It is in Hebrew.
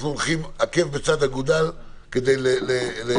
אנחנו הולכים עקב בצד אגודל כדי לארגן